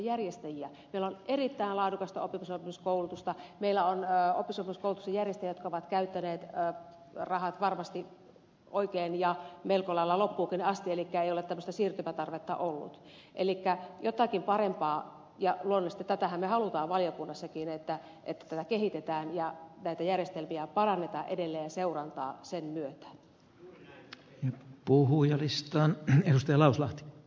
meillä on erittäin laadukasta oppisopimuskoulutusta meillä on oppisopimuskoulutuksen järjestäjiä jotka ovat käyttäneet rahat varmasti oikein ja melko lailla loppuunkin asti elikkä joilla ei ole tämmöistä siirtymätarvetta ollut elikkä jotakin parempaa ja luonnollisesti tätähän me haluamme valiokunnassakin että tätä kehitetään ja näitä järjestelmiä parannetaan edelleen ja seurantaa sen myötä